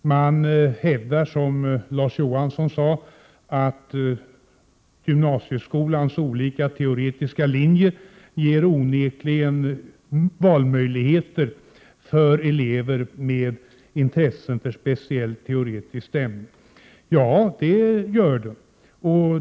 Utskottet hävdar, som Larz Johansson sade, att gymnasieskolans olika teoretiska linjer ger valmöjligheter för elever med intressen för speciellt teoretiska ämnen. Det är riktigt.